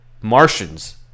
Martians